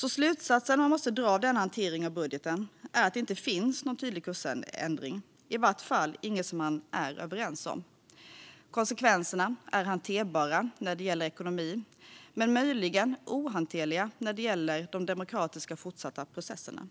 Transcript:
Den slutsats som man måste dra av denna hantering av budgeten är att det inte finns någon tydlig kursändring, i vart fall ingen som man är överens om. Konsekvenserna är hanterbara när det gäller ekonomin men möjligen ohanterliga när det gäller de fortsatta demokratiska processerna.